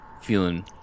feeling